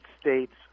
States